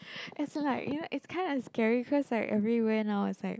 as in like you know it's kinda scary cause like everywhere now is like